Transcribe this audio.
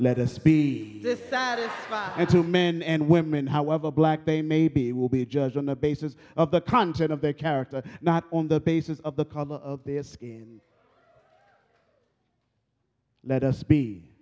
let us be this that or into men and women however black they may be will be judged on the basis of the content of their character not on the basis of the color of their skin let us be